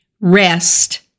rest